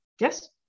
Yes